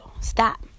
stop